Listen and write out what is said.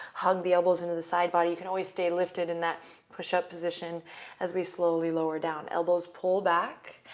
hug the elbows into the side body. you can always stay lifted in that push-up position as we slowly lower down. elbows pull back.